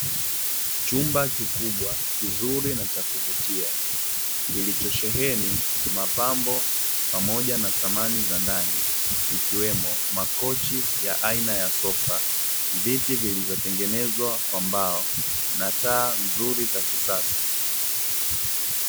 Chumba kikubwa, kizuri na cha kuvutia kilichosheheni mapambo pamoja na samani za ndani, ikiwemo makochi ya aina ya sofa, viti vilivyotengenezwa kwa mbao na taa nzuri za kisasa.